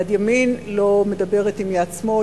יד ימין לא מדברת עם יד שמאל,